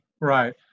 Right